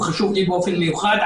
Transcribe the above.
הוא חשוב לי באופן מיוחד.